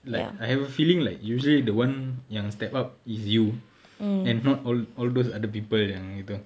like I have a feeling like usually the one yang step up is you and not all all those other people yang itu